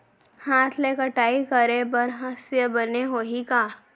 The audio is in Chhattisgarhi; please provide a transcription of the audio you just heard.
हाथ ले कटाई करे बर हसिया बने होही का?